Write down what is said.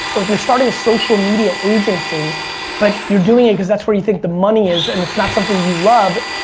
or if you're starting a social media agency but you're doing it because that's where you think the money is and it's not something you love,